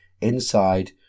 Inside